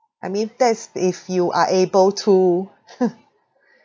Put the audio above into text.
I mean that's if you are able to